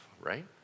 right